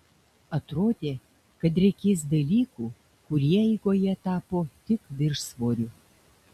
atrodė kad reikės dalykų kurie eigoje tapo tik viršsvoriu